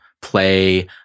play